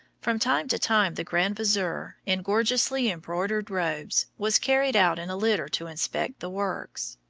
from time to time the grand vizier, in gorgeously embroidered robes, was carried out in a litter to inspect the works.